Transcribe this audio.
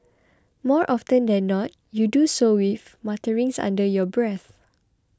more often that than not you do so with mutterings under your breath